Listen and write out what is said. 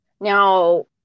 Now